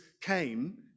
came